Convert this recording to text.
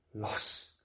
loss